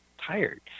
tired